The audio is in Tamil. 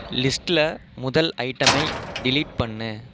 லிஸ்ட்டில் முதல் ஐட்டமை டெலீட் பண்ணு